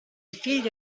figlio